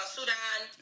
Sudan